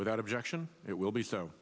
without objection it will be so